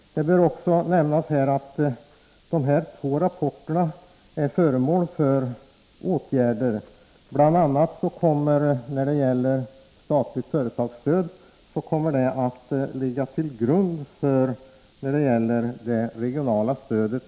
Det bör också nämnas att de två rapporterna ligger till grund för åtgärder. När det gäller statligt företagsstöd kommer det bl.a. att ligga till grund för utarbetandet av det regionala stödet.